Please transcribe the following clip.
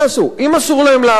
אם אסור להם לעבוד,